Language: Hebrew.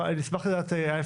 נשמח לדעת,